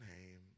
name